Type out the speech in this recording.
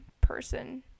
person